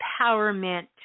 empowerment